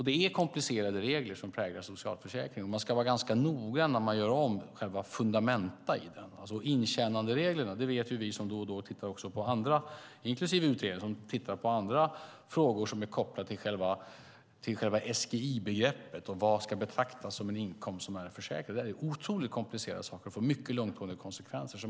Det är komplicerade regler som präglar socialförsäkringar. Man ska vara ganska noga när man gör om själva fundamenta i dem. Intjänandereglerna är komplicerade. Det vet vi, inklusive utredningen, som då och då tittar på andra på andra frågor som är kopplade till själva SGI-begreppet och vad som ska betraktas som en inkomst för den som är försäkrad. Det är otroligt komplicerade saker och får mycket långtgående konsekvenser.